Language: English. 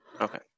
Okay